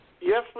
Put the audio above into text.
Yes